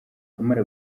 bamara